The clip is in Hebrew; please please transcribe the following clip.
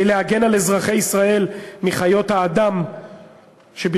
להגן על אזרחי ישראל מחיות האדם שברצועת-עזה.